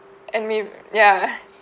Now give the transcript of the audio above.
and maybe ya